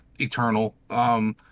eternal